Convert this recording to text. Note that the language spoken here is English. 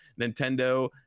nintendo